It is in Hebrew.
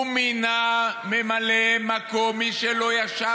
הוא מינה לממלא מקום מי שלא ישב,